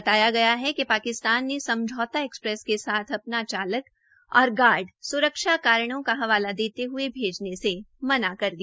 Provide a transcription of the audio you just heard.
बतायागया है कि पाकिस्तान ने समझौता एक्सप्रेस के साथ अपना चालक और गार्ड स्रक्षा कारणों का हवाला देते हये भेजने से मना कर दिया